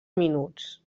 minuts